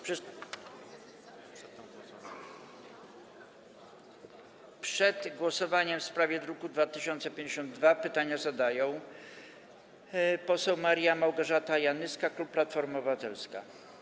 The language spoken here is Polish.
Przed głosowaniem w sprawie druku nr 2052 pytanie zadaje poseł Maria Małgorzata Janyska, klub Platforma Obywatelska.